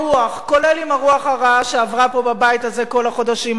כולל עם הרוח הרעה שעברה פה בבית הזה כל החודשים האחרונים.